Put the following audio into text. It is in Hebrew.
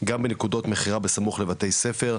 גם בנקודות מכירה בסמוך לבתי ספר,